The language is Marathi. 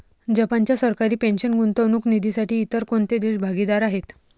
जपानच्या सरकारी पेन्शन गुंतवणूक निधीसाठी इतर कोणते देश भागीदार आहेत?